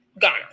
Ghana